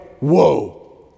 whoa